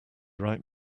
right